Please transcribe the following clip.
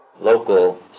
Local